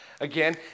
again